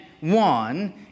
one